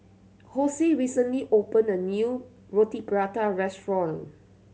Hosie recently opened a new Roti Prata restaurant